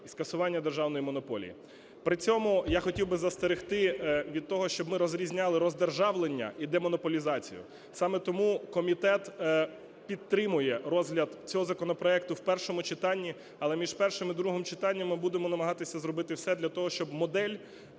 і скасування державної монополії. При цьому я хотів би застерегти від того, щоб ми розрізняли роздержавлення і демонополізацію. Саме тому комітет підтримує розгляд цього законопроекту в першому читанні. Але між першим і другим читанням ми будемо намагатися зробити все для того, щоб модель